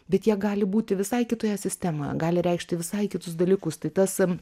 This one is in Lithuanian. bet jie gali būti visai kitoje sistemoje gali reikšti visai kitus dalykus tai tas